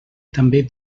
també